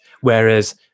whereas